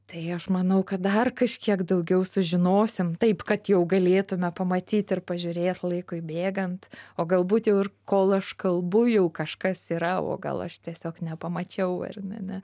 tai aš manau kad dar kažkiek daugiau sužinosim taip kad jau galėtume pamatyt ir pažiūrėt laikui bėgant o galbūt jau ir kol aš kalbu jau kažkas yra o gal aš tiesiog nepamačiau ar ne ne